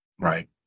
right